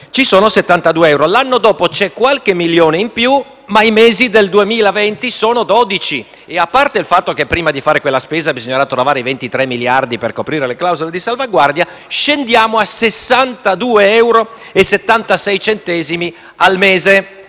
ci sono 72 euro all'anno, dopo c'è qualche milione in più, ma i mesi del 2020 sono dodici. A parte il fatto che, prima di fare quella spesa, bisognerà trovare i 23 miliardi per coprire le clausole di salvaguardia, scendiamo a 62,76 euro al mese